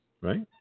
Right